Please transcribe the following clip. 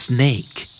Snake